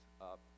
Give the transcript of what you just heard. up